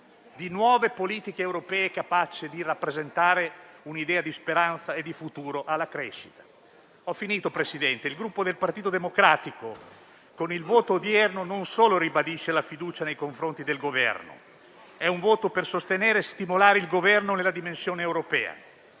di nuove politiche europee capaci di rappresentare un'idea di speranza e di futuro alla crescita. Ho finito, Presidente. Il Gruppo Partito Democratico con il voto odierno non solo ribadisce la fiducia nei confronti del Governo, ma esprime anche un voto per sostenere e stimolare il Governo nella dimensione europea.